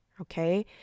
okay